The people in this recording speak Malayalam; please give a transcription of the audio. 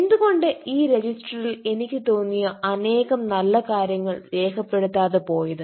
എന്തുകൊണ്ട് ഈ രജിസ്റ്ററിൽ എനിക്ക് തോന്നിയ അനേകം നല്ല കാര്യങ്ങൾ രേഖപ്പെടുത്താതെ പോയത്